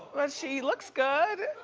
well she looks good.